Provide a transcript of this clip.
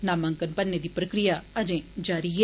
नामांकन भरने दी प्रक्रिया अजें जारी ऐ